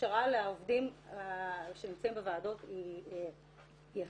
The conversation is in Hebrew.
הכשרה לעובדים שנמצאים בוועדות היא הכרחית.